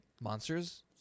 monsters